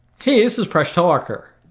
hey this is presh talwalker.